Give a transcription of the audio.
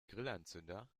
grillanzünder